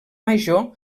major